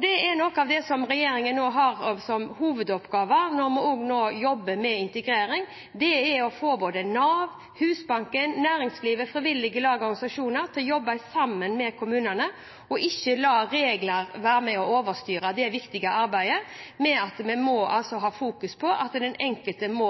Det er også noe av det regjeringen har som hovedoppgave når vi nå jobber med integrering: å få både Nav, Husbanken, næringslivet og frivillige lag og organisasjoner til å jobbe sammen med kommunene og ikke la regler være med og overstyre det viktige arbeidet som vi må fokusere på, med at den enkelte må